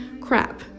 crap